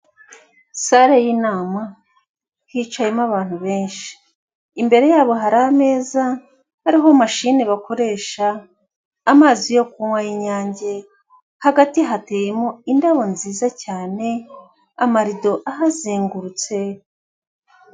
Salle y'inama hicayemo abantu benshi, imbere yabo hari ameza ariho mashine bakoresha, amazi yo kunywa y'Inyange, hagati hateyemo indabo nziza cyane, amarido ahazengurutse.